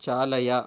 चालय